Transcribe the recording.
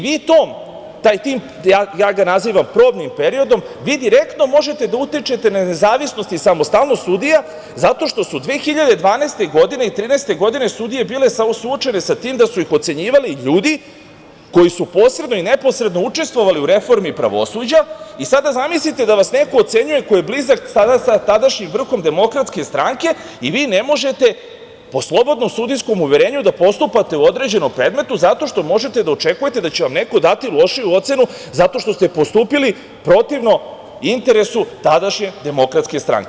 Vi u tom probnom period direktno možete da učinite na nezavisnost i samostalnost sudija, zato što su 2012. godine i 2013. godine sudije bile suočene sa tim da su ih potcenjivali ljudi koji su posredno i neposredno učestvovali u reformi pravosuđa i sada zamislite da vas neko ocenjuje ko je blizak sada sa tadašnjim vrhom Demokratske stranke i vi ne možete po slobodnom sudijskom uverenju da postupate u određenom predmetu, zato što možete da očekujete da će vam neko dati lošiju ocenu zato što ste postupili protivno interesu tadašnje Demokratske stranke.